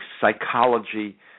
psychology